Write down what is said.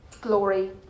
glory